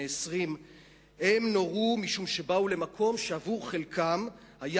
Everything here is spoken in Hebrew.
בני 20. הם נורו משום שבאו למקום שעבור חלקם היה